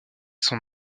sont